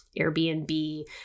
Airbnb